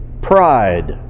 pride